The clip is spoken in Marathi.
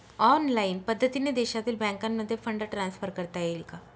ऑनलाईन पद्धतीने देशातील बँकांमध्ये फंड ट्रान्सफर करता येईल का?